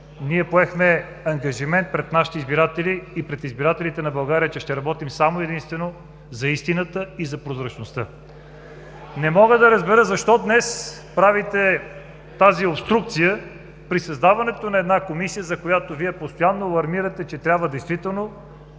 ние поехме ангажимент пред нашите избиратели и пред избирателите на България, че ще работим само и единствено за истината и за прозрачността. Не мога да разбера защо днес правите обструкция при създаването на една комисия, за която Вие постоянно алармирате, че трябва да се